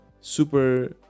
super